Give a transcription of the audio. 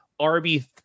RB